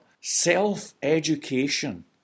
self-education